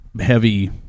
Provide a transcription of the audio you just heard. heavy